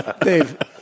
Dave